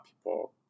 people